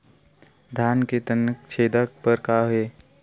धान के तनक छेदा बर का हे?